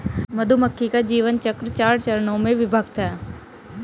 मधुमक्खी का जीवन चक्र चार चरणों में विभक्त है